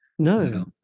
no